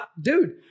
Dude